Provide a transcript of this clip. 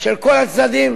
של כל הצדדים